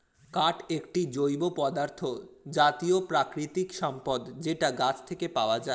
কাঠ একটি জৈব পদার্থ জাতীয় প্রাকৃতিক সম্পদ যেটা গাছ থেকে পায়